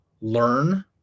learn